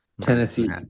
Tennessee